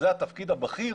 זה התפקיד הבכיר,